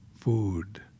food